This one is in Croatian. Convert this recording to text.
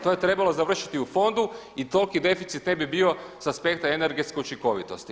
To je trebalo završiti u fondu i toliki deficit ne bio s aspekta energetske učinkovitosti.